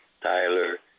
Tyler